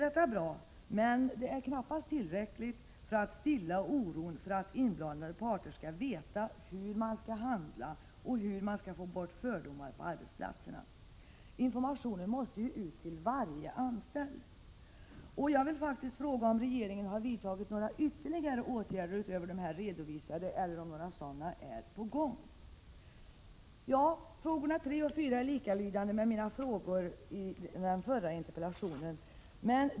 Detta är bra, men det är knappast tillräckligt för att stilla oron när det gäller hur inblandade parter skall handla och hur man skall få bort fördomar på arbetsplatserna. Informationen måste nå ut till varje anställd. Har regeringen vidtagit några ytterligare åtgärder utöver de redovisade eller är några sådana på gång? Frågorna 3 och 4 i min nuvarande interpellation är likalydande med frågorna i min förra interpellation.